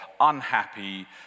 unhappy